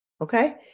Okay